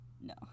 No